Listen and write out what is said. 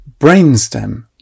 brainstem